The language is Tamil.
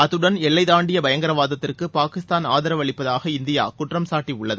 அத்துடன் எல்லை தாண்டிய பயங்கரவாதத்திற்கு பாகிஸ்தான் ஆதரவு அளிப்பதாக இந்தியா குற்றம்சாட்டியுள்ளது